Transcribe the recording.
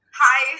hi